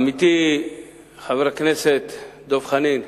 עמיתי חבר הכנסת דב חנין,